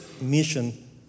mission